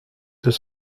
deux